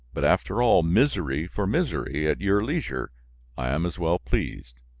but, after all, misery for misery, at your leisure i am as well pleased.